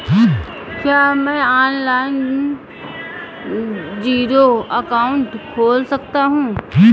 क्या मैं online zero account खोल सकता हूँ?